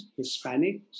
Hispanics